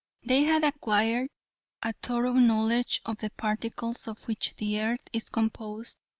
they had acquired a thorough knowledge of the particles of which the earth is composed,